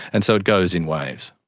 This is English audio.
and so it goes in waves.